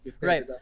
Right